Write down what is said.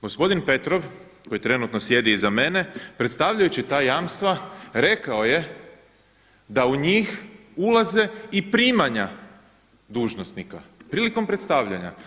Gospodin Petrov koji trenutno sjedi iza mene predstavljajući ta jamstva rekao je da u njih ulaze i primanja dužnosnika prilikom predstavljanja.